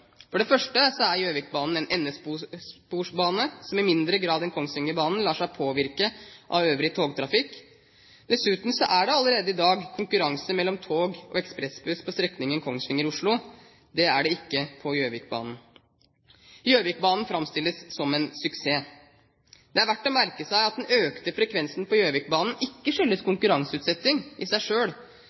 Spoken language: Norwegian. For det første er Gjøvikbanen en endesporbane, som i mindre grad enn Kongsvingerbanen lar seg påvirke av øvrig togtrafikk. Dessuten er det allerede i dag konkurranse mellom tog og ekspressbuss på strekningen Kongsvinger–Oslo. Det er det ikke på Gjøvikbanen. Gjøvikbanen framstilles som en suksess. Det er verdt å merke seg at den økte frekvensen på Gjøvikbanen ikke skyldes konkurranseutsettingen i seg